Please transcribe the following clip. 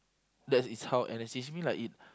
that is how N_S changed me lah it